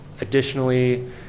Additionally